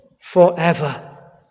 forever